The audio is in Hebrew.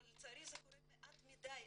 אבל לצערי קבוצות כאלה זה קורה מעט מדי.